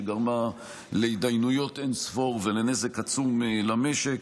שגרמה להתדיינויות אין-ספור ולנזק עצום למשק.